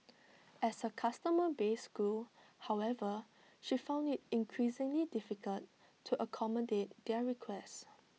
as her customer base grew however she found IT increasingly difficult to accommodate their requests